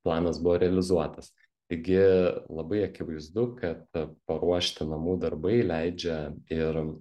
planas buvo realizuotas taigi labai akivaizdu kad paruošti namų darbai leidžia ir